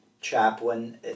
chaplain